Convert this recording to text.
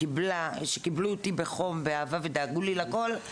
שקיבלו אותי בחום ואהבה ודאגו לי לכל,